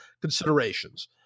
considerations